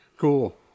Cool